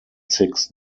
six